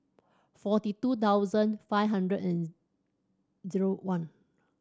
forty two thousand five hundred and zero one